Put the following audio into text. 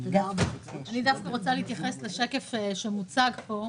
דווקא רוצה להתייחס לשקף שמוצג כאן.